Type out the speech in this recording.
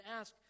ask